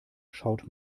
schaut